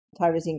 tyrosine